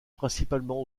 principalement